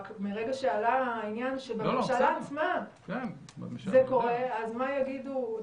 רק שמרגע שעלה העניין שבממשלה עצמה זה קורה אז מה יגידו,